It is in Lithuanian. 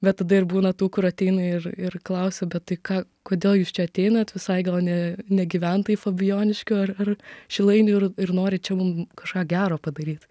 bet tada ir būna tų kur ateina ir ir klausiu bet tai ką kodėl jūs čia ateinat visai gal ne negyventojai fabijoniškių ar ar šilainių ir ir nori čia mum kažką gero padaryt